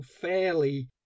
fairly